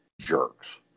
jerks